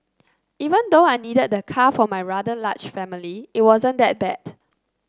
even though I needed the car for my rather large family it wasn't that bad